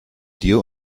dir